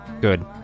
good